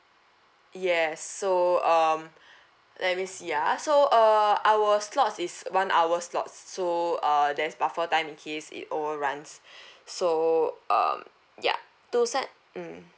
yes so um let me see ah so uh our slots is one hour slots so err there's buffer time in case it overruns so um ya two set mm